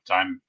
Time